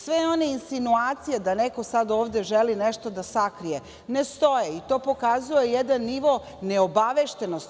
Sve one insinuacije da neko sad ovde želi nešto da sakrije ne stoje, i to pokazuje jedan nivo neobaveštenosti.